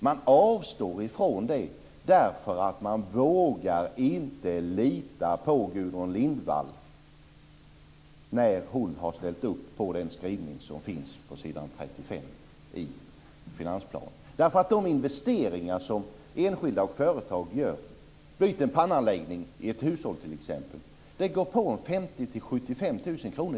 Man avstår från det därför att man inte vågar lita på Gudrun Lindvall när hon har ställt upp på den skrivning som finns på s. 35 i finansplanen. De investeringar som enskilda och företag gör, t.ex. när man byter pannanläggning i ett hushåll, kan gå på 50 000-75 000 kr.